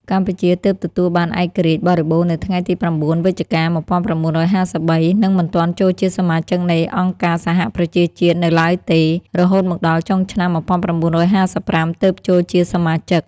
កម្ពុជាទើបទទួលបានឯករាជ្យបរិបូណ៌នៅថ្ងៃទី៩វិច្ចិកា១៩៥៣ និងមិនទាន់ចូលជាសមាជិកនៃអង្គការសហប្រជាជាតិនូវឡើយទេ រហូតមកដល់ចុងឆ្នាំ១៩៥៥ ទើបចូលជាសមាជិក។